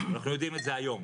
אנחנו יודעים את זה היום.